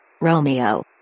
Romeo